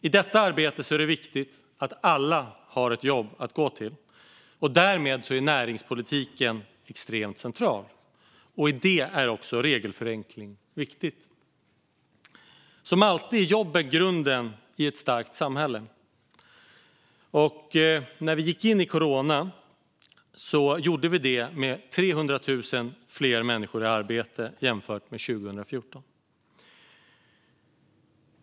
I detta arbete är det viktigt att alla har ett jobb att gå till. Därmed är näringspolitiken extremt central, och där är också regelförenkling viktigt. Som alltid är jobben grunden i ett starkt samhälle. När vi gick in i corona gjorde vi det med 300 000 fler människor i arbete jämfört med 2014.